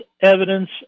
evidence